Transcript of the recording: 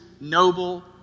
noble